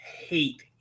hate